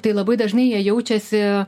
tai labai dažnai jie jaučiasi